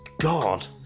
God